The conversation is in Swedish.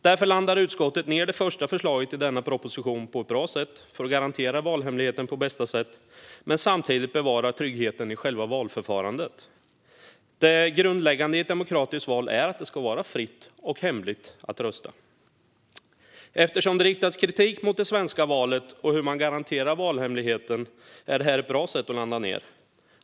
Därför landar utskottet bra med det första förslaget i denna proposition för att på bästa sätt garantera valhemligheten och samtidigt bevara tryggheten i själva valförfarandet. Det grundläggande i ett demokratiskt val är att det ska vara fritt och hemligt att rösta. Eftersom det riktats kritik mot det svenska valet och hur man garanterar valhemligheten är detta ett bra sätt att landa.